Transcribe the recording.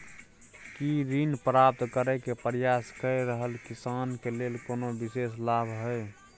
की ऋण प्राप्त करय के प्रयास कए रहल किसान के लेल कोनो विशेष लाभ हय?